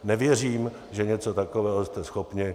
Nevěřím, že něco takového jste schopni.